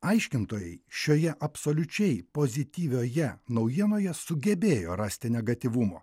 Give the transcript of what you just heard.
aiškintojai šioje absoliučiai pozityvioje naujienoje sugebėjo rasti negatyvumo